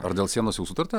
ar dėl sienos jau sutarta